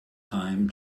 time